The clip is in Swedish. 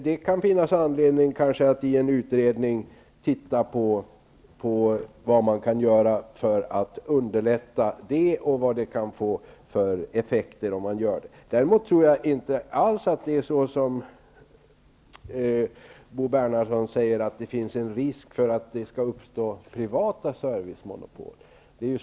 Det kan finnas anledning att i en utredning titta på vad man kan göra för att underlätta detta och vad det kan få för effekter. Däremot tror jag inte alls att det, som Bo Bernhardsson säger, finns en risk för att det skall uppstå privata servicemonopol.